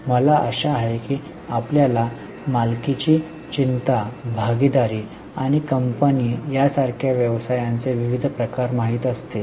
मला आशा आहे की आपल्याला मालकीची चिंता भागीदारी आणि कंपनी यासारख्या व्यवसायाचे विविध प्रकार माहित असतील